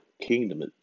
kingdom